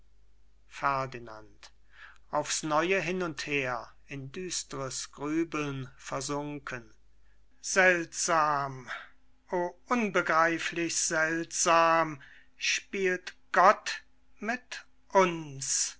ferdinand aufs neue hin und her in düstres grübeln versunken seltsam o unbegreiflich seltsam spielt gott mit uns